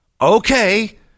okay